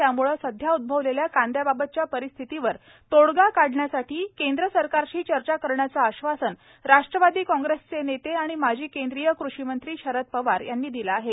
त्यामुळे सध्या उद्गवलेल्या कांदयाबाबतच्या परिस्थितीवर तोडगा काढण्यासाठी केंद्र सरकारशी चर्चा करण्याचं आश्वासन राष्ट्रवादी काँग्रेसचे नेते आणि माजी केंद्रीय कृषी मंत्री शरद पवार यांनी दिलं आहे